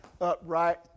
upright